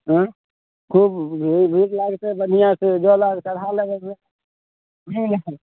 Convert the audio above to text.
एँ खूब भू भूख लागतै बढ़िआँसँ जल आर चढ़ा लेबऽ दियौ ने लगतै